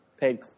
paid